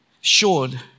showed